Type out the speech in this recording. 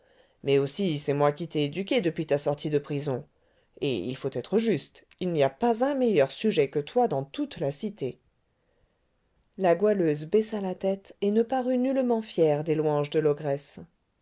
mais aussi c'est moi qui t'ai éduquée depuis ta sortie de prison et il faut être juste il n'y a pas un meilleur sujet que toi dans toute la cité la goualeuse baissa la tête et ne parut nullement fière des louanges de